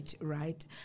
right